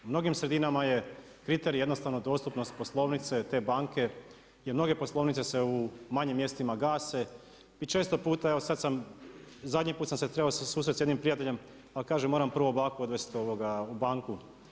U mnogim sredinama je kriterij jednostavno dostupnost poslovnice te banke, jer mnoge poslovnice se u manjim mjestima gase i često puta, evo sad sam, zadnji put sam se trebao susrest s jednim prijateljem, ali kažem moram prvo baku odvesti u banku.